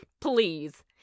Please